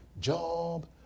job